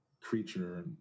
creature